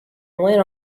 went